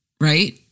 right